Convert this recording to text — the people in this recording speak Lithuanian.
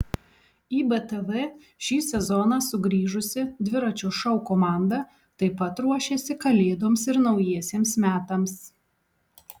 į btv šį sezoną sugrįžusi dviračio šou komanda taip pat ruošiasi kalėdoms ir naujiesiems metams